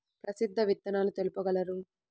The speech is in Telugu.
ప్రసిద్ధ విత్తనాలు తెలుపగలరు?